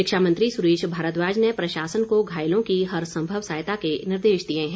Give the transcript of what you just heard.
शिक्षा मंत्री सुरेश भारद्वाज ने प्रशासन को घायलों की हर संभव सहायता के निर्देश दिए हैं